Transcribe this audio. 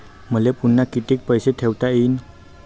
मले पुन्हा कितीक पैसे ठेवता येईन?